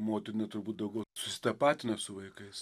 motina turbūt daugiau susitapatina su vaikais